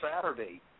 Saturday